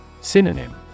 Synonym